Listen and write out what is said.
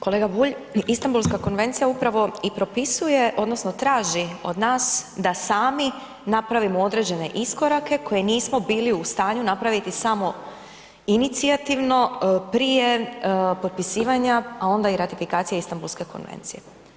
Kolega Bulj, Istambulska konvencija upravo i propisuje odnosno traži od nas da sami napravimo određene iskorake koje nismo bili u stanju napraviti samoinicijativno prije potpisivanja, a onda i ratifikacije Istambulske konvencije.